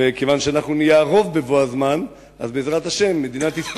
ואין ספק שכשיהיה רוב שהוא דתי וחרדי במדינת ישראל,